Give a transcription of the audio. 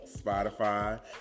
Spotify